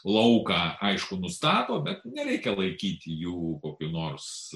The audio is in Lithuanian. lauką aišku nustato bet nereikia laikyti jų kokiu nors